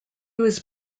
was